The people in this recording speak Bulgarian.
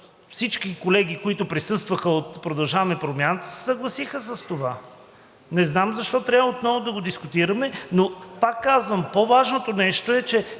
всички колеги, които присъстваха от „Продължаваме Промяната“, се съгласиха с това. Не знам защо трябва отново да го дискутираме! Но пак казвам: по-важното нещо е, че